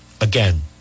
again